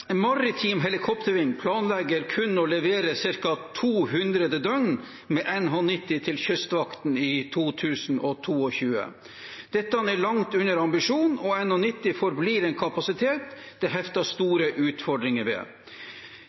«Maritim helikopterving planlegger kun å levere ca. 200 døgn med NH90 til Kystvakten i 2022. Dette er langt under ambisjonen, og NH90 forblir en kapasitet det hefter store utfordringer ved.